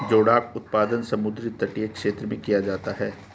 जोडाक उत्पादन समुद्र तटीय क्षेत्र में किया जाता है